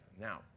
Now